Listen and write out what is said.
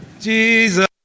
Jesus